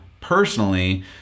personally